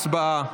הצבעה.